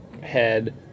head